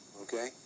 okay